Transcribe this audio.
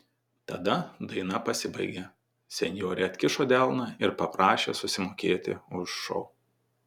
tada daina pasibaigė senjorė atkišo delną ir paprašė susimokėti už šou